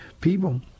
people